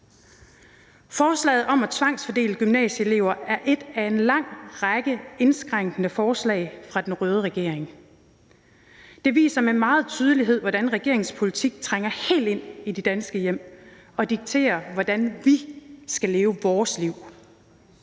Forslaget om at tvangsfordele gymnasieelever er et af en lang række indskrænkende forslag fra den røde regering. Det viser med meget tydelighed, hvordan regeringens politik trænger helt ind i de danske hjem og dikterer, hvordan vi skal leve vores liv.